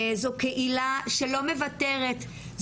זו קהילה שלא מוותרת,